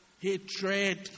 Hatred